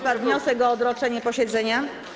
Padł wniosek o odroczenie posiedzenia.